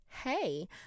Hey